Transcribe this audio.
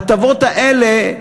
ההטבות האלה,